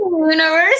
universe